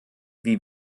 wie